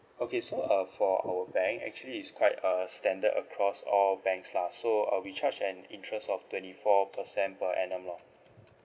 okay so uh for our bank actually it's quite uh standard across all banks lah so uh we charge an interest of twenty four per cent per annum lah